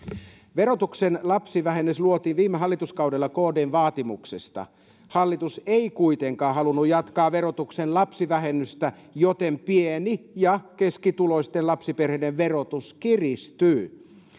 verotuksen lapsivähennys luotiin viime hallituskaudella kdn vaatimuksesta hallitus ei kuitenkaan halunnut jatkaa verotuksen lapsivähennystä joten pieni ja keskituloisten lapsiperheiden verotus kiristyy